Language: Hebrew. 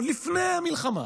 עוד מלפני המלחמה.